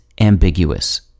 ambiguous